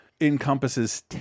encompasses